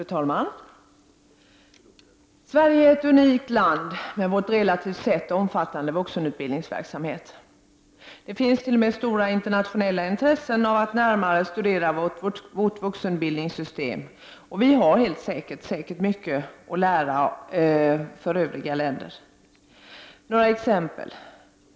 Fru talman! Sverige är ett unikt land med sin relativt sett omfattande vuxenutbildningsverksamhet. Det finns t.o.m. ett stort internationellt in tresse av att närmare studera Sveriges vuxenutbildningssystem, och övriga länder har säkert mycket att lära av Sverige. Jag skall nämna några exempel.